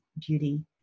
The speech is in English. beauty